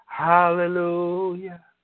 hallelujah